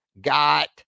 got